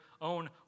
own